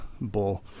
Bull